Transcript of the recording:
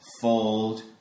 Fold